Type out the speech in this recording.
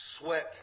sweat